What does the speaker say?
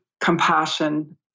compassion